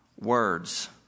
words